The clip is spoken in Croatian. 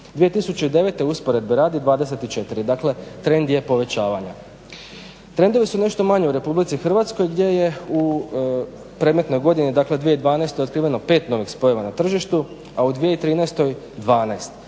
2009. usporedbe radi 24. Dakle, trend je povećavanja. Trendovi su nešto manji u RH gdje je u predmetnoj godini, dakle 2012., otkriveno 5 novih spojeva na tržištu, a u 2013. 12.